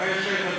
אחרי שאני אדבר